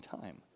time